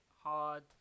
hard